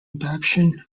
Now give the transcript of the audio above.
adaption